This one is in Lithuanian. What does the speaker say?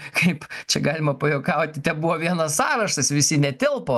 kaip čia galima pajuokauti tebuvo vienas sąrašas visi netilpo